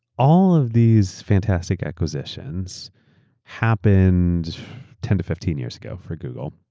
all of these fantastic acquisitions happened ten to fifteen years ago for google.